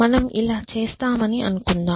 మనం ఇలా చేస్తామని అనుకుందాం